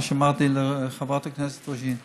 את מה שאמרתי לחברת הכנסת רוזין.